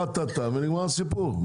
טה-טה-טה ונגמר הסיפור,